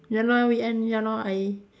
ya lor weekend ya lor I